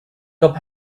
top